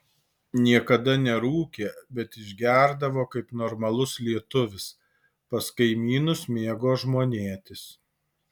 niekada nerūkė bet išgerdavo kaip normalus lietuvis pas kaimynus mėgo žmonėtis